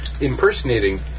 impersonating